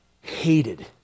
hated